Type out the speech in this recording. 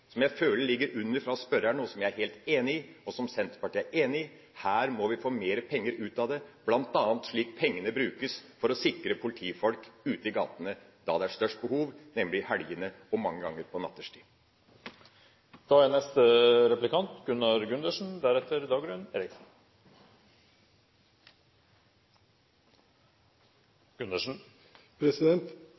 som jeg føler ligger under fra spørreren, som jeg er helt enig i, og som Senterpartiet er enig i: Her må vi få mer ut av pengene, bl.a. slik at pengene brukes for å sikre politifolk ute i gatene når det er størst behov, nemlig i helgene og mange ganger på